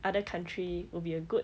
other country will be a good